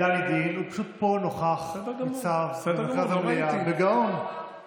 אתם מתארים לעצמכם שרצח כזה היה מתרחש ברעננה או בהרצליה או בתל אביב,